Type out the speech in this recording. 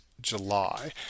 July